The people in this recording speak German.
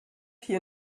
hier